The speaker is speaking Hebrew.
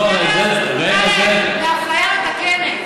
לא, הפריפריה זקוקה לאפליה מתקנת.